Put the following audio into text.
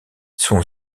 son